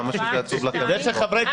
כמה שזה עצוב לכם לשמוע.